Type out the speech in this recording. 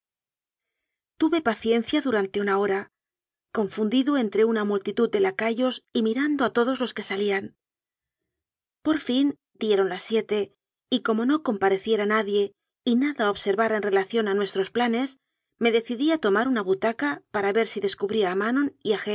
tuve paciencia durante una hora confundido entre una multitud de lacayos y mirando a todos los que salían por fin dieron las siete y como ro compareciera nadie y nada observara en rela ción con nuestros planes me decidí a tomar una butaca para ver si descubría a manon